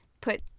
put